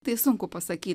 tai sunku pasakyt